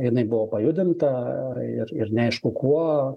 jinai buvo pajudinta ir ir neaišku kuo